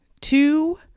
Two